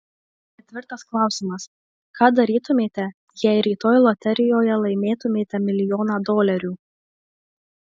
ketvirtas klausimas ką darytumėte jei rytoj loterijoje laimėtumėte milijoną dolerių